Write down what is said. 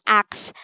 acts